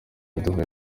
yaduhaye